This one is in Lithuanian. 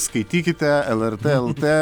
skaitykite lrt lt